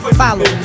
follow